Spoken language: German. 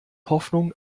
hoffnung